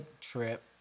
trip